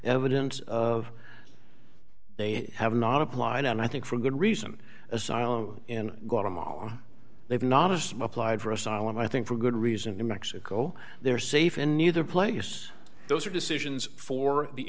evidence of they have not applied and i think for good reason asylum in guatemala they've navas macliver asylum i think for good reason in mexico they're safe in neither place those are decisions for the